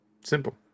Simple